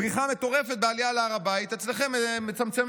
פריחה מטורפת בעלייה להר הבית, אצלכם מצמצמים.